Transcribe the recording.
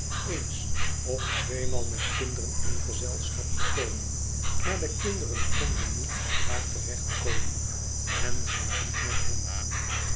eens of tweemaal met kinderen in gezelschap gekomen maar de kinderen konden niet met haar te recht komen en zij niet met hen